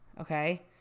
okay